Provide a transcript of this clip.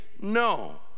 no